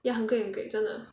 ya 很贵很贵真的